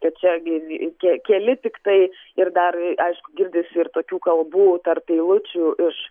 kad čia gi gi keli tiktai ir dar aišku girdisi ir tokių kalbų tarp eilučių iš